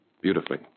beautifully